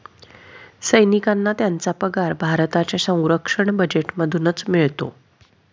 सैनिकांना त्यांचा पगार भारताच्या संरक्षण बजेटमधूनच मिळतो